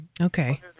okay